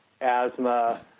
asthma